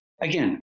again